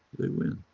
they win.